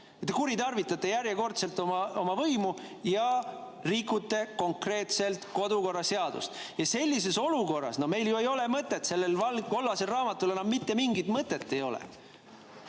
kuritarvitate järjekordselt oma võimu ja rikute konkreetselt kodukorra seadust. Ja sellises olukorras ei ole ju meie kollasel raamatul enam mitte mingit mõtet.